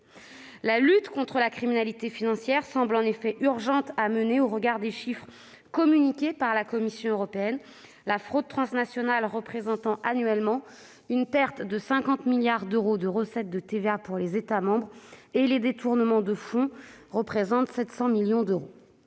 La lutte contre la criminalité financière semble en effet urgente à mener au regard des chiffres communiqués par la Commission européenne : la fraude transnationale engendre annuellement une perte de 50 milliards d'euros sur les recettes de TVA des États membres et les détournements de fonds européens atteignent 700 millions d'euros.